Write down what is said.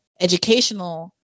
educational